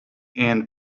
and